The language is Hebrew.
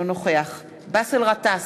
אינו נוכח באסל גטאס,